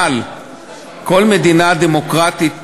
אבל כל מדינה דמוקרטית בעולם,